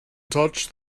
touched